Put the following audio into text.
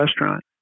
Restaurant